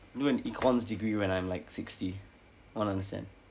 do an econs degree when I'm like sixty won't understand